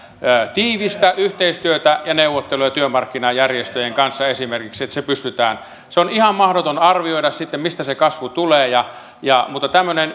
tiivistä yhteistyötä ja esimerkiksi neuvotteluja työmarkkinajärjestöjen kanssa niin että siihen pystytään on ihan mahdotonta arvioida mistä se kasvu tulee mutta tämmöinen